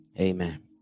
Amen